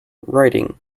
writing